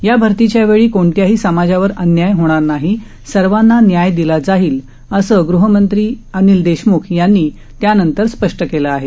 या भरतीच्या वेळी कोणत्याही समाजावर अन्याय होणार नाही सर्वांना न्याय दिला जाईल असं गृहमंत्री अनिल देशम्ख यांनी त्यानंतर स्पष्ट केलं आहे